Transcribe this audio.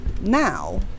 Now